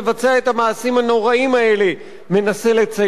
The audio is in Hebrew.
את המעשים הנוראים האלה מנסה לצייר.